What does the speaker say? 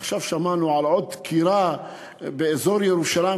עכשיו שמענו על עוד דקירה באזור ירושלים,